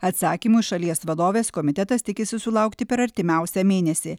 atsakymus šalies vadovės komitetas tikisi sulaukti per artimiausią mėnesį